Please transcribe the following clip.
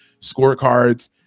scorecards